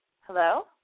Hello